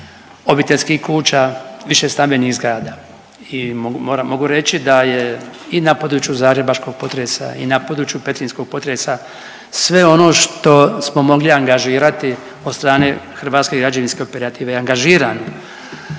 obiteljskih kuća, višestambenih zgrada. I mogu reći i da je na području zagrebačkog potresa i na području petrinjskog potresa sve ono što smo mogli angažirati od strane hrvatske građevinske operative je angažirano.